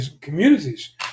communities